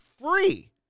free